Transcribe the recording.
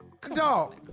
Dog